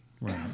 Right